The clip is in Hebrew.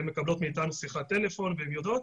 הן מקבלות מאיתנו שיחת טלפון והן יודעות.